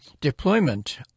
deployment